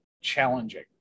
challenging